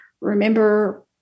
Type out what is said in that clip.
remember